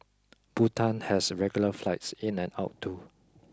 Bhutan has regular flights in and out too